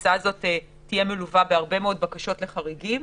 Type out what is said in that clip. שתהיה מלווה בהרבה מאוד בקשות לחריגים,